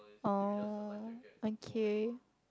oh okay